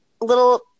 little